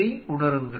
இதை உணருங்கள்